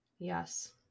Yes